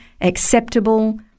acceptable